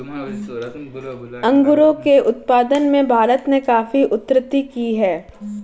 अंगूरों के उत्पादन में भारत ने काफी उन्नति की है